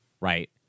right